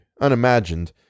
unimagined